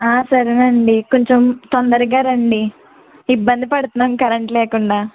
సరేనండి కొంచెం తొందరగా రండి ఇబ్బంది పడుతున్నాము కరెంట్ లేకుండా